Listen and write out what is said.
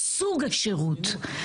סוג השירות.